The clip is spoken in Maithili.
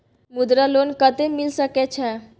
मुद्रा लोन कत्ते मिल सके छै?